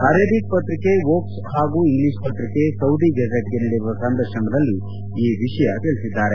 Arabic ಪತ್ರಿಕೆ ಓಕ್ಸ್ ಹಾಗೂ ಇಂಗ್ಲಿಷ್ ಪತ್ರಿಕೆ ಸೌದಿ ಗೆಜಟ್ಗೆ ನೀಡಿರುವ ಸಂದರ್ಶನದಲ್ಲಿ ಈ ವಿಷಯ ತಿಳಿಸಿದ್ದಾರೆ